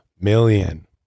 million